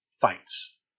fights